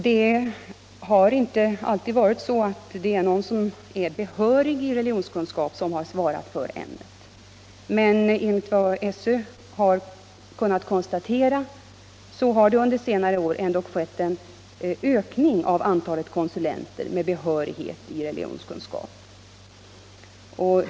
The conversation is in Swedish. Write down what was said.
Det har inte alltid varit så, att någon som är behörig i religionskunskap har svarat för ämnet, men enligt vad SÖ kunnat konstatera har det under senare år ändå skett en ökning av antalet konsulenter med behörighet i religionskunskap.